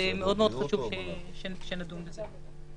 ולכן מאוד חשוב שנדון בזה.